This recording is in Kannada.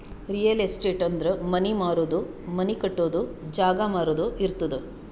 ರಿಯಲ್ ಎಸ್ಟೇಟ್ ಅಂದುರ್ ಮನಿ ಮಾರದು, ಮನಿ ಕಟ್ಟದು, ಜಾಗ ಮಾರಾದು ಇರ್ತುದ್